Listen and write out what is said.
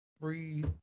free